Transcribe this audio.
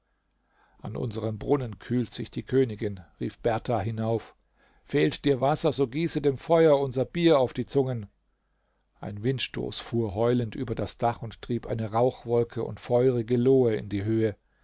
an unserem brunnen kühlt sich die königin rief berthar hinauf fehlt dir wasser so gieße dem feuer unser bier auf die zungen ein windstoß fuhr heulend über das dach und trieb eine rauchwolke und feurige lohe in die höhe